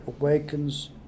awakens